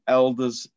elders